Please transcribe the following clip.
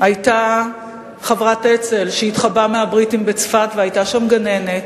היתה חברת אצ"ל שהתחבאה מהבריטים בצפת והיתה שם גננת,